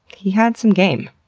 he had some game.